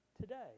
today